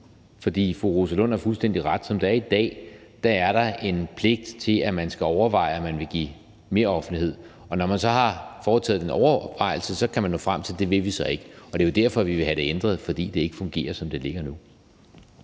For fru Rosa Lund har fuldstændig ret i, at som det er i dag, er der en pligt til, at man skal overveje, om man vil give meroffentlighed. Når man så har foretaget den overvejelse, kan man nå frem til, at det vil man så ikke; det er jo derfor, vi vil have det ændret, altså fordi det ikke fungerer, som det ligger nu.